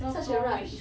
such a rush